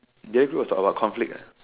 did I do a talk about conflict